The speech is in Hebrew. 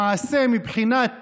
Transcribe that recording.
למעשה, מבחינת